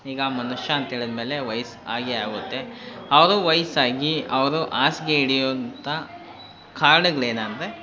ಈಗ ಮನುಷ್ಯ ಅಂತೇಳಿದಮೇಲೆ ವಯಸ್ ಆಗೇ ಆಗುತ್ತೆ ಅವರು ವಯಸ್ ಆಗಿ ಅವರು ಹಾಸ್ಗೆ ಹಿಡಿಯುಂಥ ಕಾರಣಗಳೇನಂದ್ರೆ